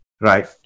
Right